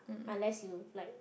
unless you like